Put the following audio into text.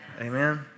Amen